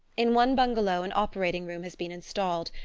in one bungalow an operating-room has been installed,